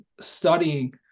studying